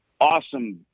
Awesome